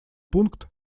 пункт